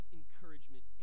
encouragement